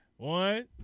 One